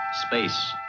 Space